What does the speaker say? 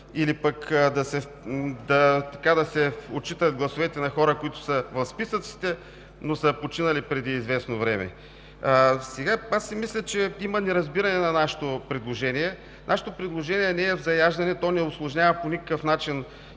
или пък да се отчитат гласовете на хора, които са в списъците, но са починали преди известно време. Аз мисля, че има неразбиране на нашето предложение. Нашето предложение не е заяждане, то не усложнява по никакъв начин